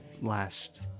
last